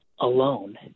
alone